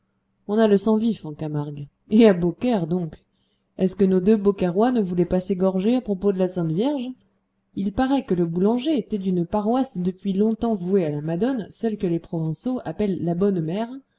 on a le sang vif en camargue et à beaucaire donc est-ce que nos deux beaucairois ne voulaient pas s'égorger à propos de la sainte vierge il paraît que le boulanger était d'une paroisse depuis longtemps vouée à la madone celle que les provençaux appellent la bonne mère